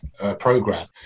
program